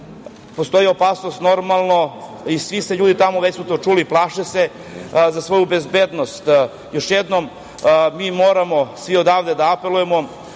postoji opasnost i svi ljudi tamo su to već čuli i plaše se za svoju bezbednost. Još jednom, moramo svi odavde da apelujemo